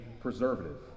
preservative